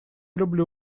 люблю